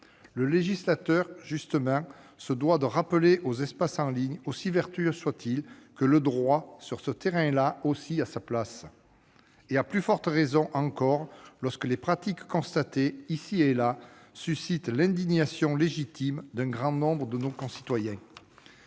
Le législateur, justement, se doit de rappeler aux espaces en ligne, aussi vertueux soient-ils, que le droit, sur ce terrain-là aussi, a sa place. À plus forte raison encore lorsque les pratiques constatées, ici et là, suscitent l'indignation légitime d'un grand nombre de nos concitoyens.